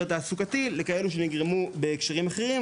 תעסוקתי לבין נזקי שמש בהקשרים אחרים,